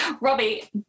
Robbie